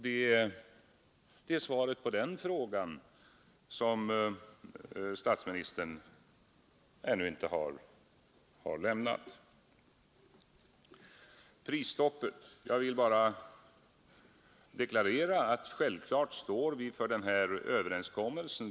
Det är svaret på den frågan som statsministern ännu inte har lämnat. I fråga om prisstoppet vill jag bara deklarera att vi självfallet står för den här överenskommelsen.